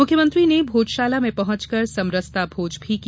मुख्यमंत्री ने भोजशाला में पहुंचकर समरसता भोज भी किया